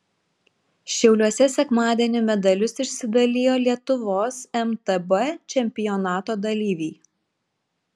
šiauliuose sekmadienį medalius išsidalijo lietuvos mtb čempionato dalyviai